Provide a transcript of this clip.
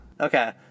Okay